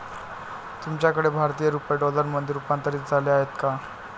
तुमच्याकडे भारतीय रुपये डॉलरमध्ये रूपांतरित झाले आहेत का?